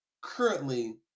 currently